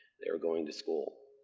they were going to school.